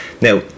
Now